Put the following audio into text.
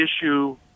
issue